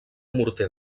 morter